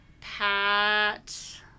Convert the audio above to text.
Pat